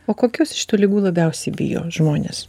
o kokios iš tų ligų labiausiai bijo žmonės